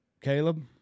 Caleb